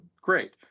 great